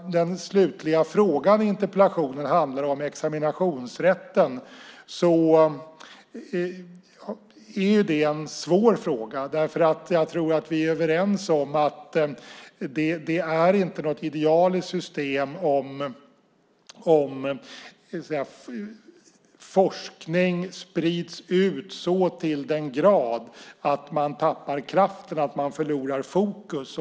Frågan i interpellationen handlar om examinationsrätten. Det är en svår fråga. Vi är överens om att det inte är ett idealiskt system om forskning sprids ut så till den grad att man tappar kraften och förlorar fokus.